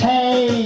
Hey